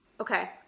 Okay